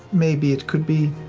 maybe it could be